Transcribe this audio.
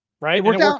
right